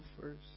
first